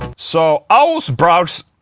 so i was browsing.